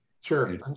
Sure